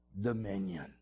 dominion